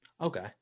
Okay